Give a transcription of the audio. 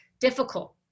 difficult